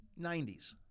90s